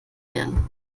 werden